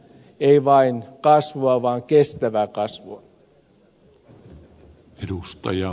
ei vain kasvua vaan kestävää kasvua